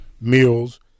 meals